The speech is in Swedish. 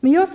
Men